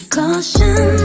Caution